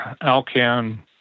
Alcan